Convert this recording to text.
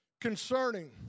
Concerning